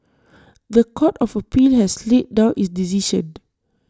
The Court of appeal has laid down its decision